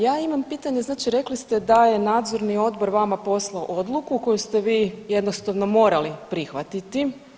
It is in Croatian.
Ja imam pitanje znači rekli ste da je nadzorni odbor vama poslao odluku koju ste vi jednostavno morali prihvatiti.